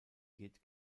geht